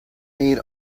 need